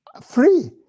free